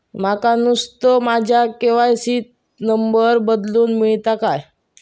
माका नुस्तो माझ्या के.वाय.सी त नंबर बदलून मिलात काय?